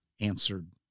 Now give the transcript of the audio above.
answered